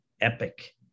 epic